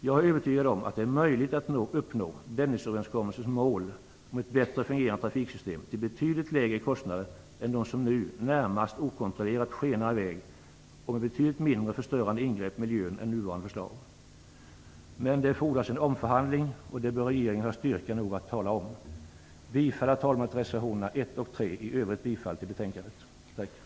Jag är övertygad om att det är möjligt att uppnå Dennisöverenskommelsens mål, ett bättre fungerande trafiksystem, till kostnader som är betydligt lägre än nu, när kostnaderna närmast okontrollerat skenar i väg, och med betydligt mindre förstörande ingrepp i miljön än nuvarande förslag innebär. Det fordras en omförhandling, och det bör regeringen ha styrka nog att tala om. Jag yrkar, herr talman, bifall till reservationerna nr 1 och 3 och i övrigt bifall till hemställan i betänkandet.